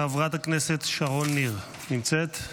חברת הכנסת שרון ניר, נמצאת?